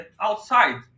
outside